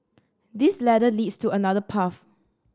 this ladder leads to another path